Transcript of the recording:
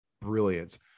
brilliant